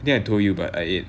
I think I told you but I ate